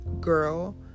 girl